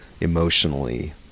emotionally